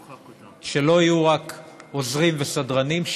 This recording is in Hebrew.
שלא יהיו רק עוזרים וסדרנים,